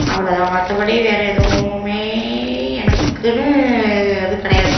அவ்வளோ தான் மற்றபடி வேறு எதுவுமே எனக்குன்னு இது கிடையாது